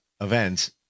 events